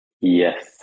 Yes